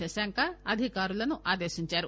శశాంక అధికారులను ఆదేశించారు